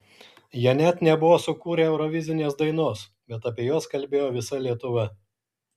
jie net nebuvo sukūrę eurovizinės dainos bet apie juos kalbėjo visa lietuva